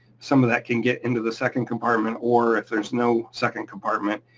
some of that can get into the second compartment or if there's no second compartment,